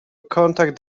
contact